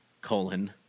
colon